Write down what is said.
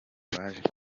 baje